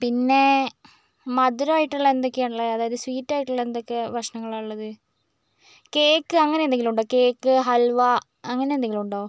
പിന്നെ മധുരമായിട്ടുള്ളത് എന്തൊക്കെ ഉള്ളത് അതായത് സ്വീറ്റ് ആയിട്ടുള്ളത് എന്തൊക്കെ ഭക്ഷണങ്ങൾ ഉള്ളത് കേക്ക് അങ്ങനെ എന്തെങ്കിലും ഉണ്ടോ കേക്ക് ഹൽവ അങ്ങനെ എന്തേലും ഉണ്ടോ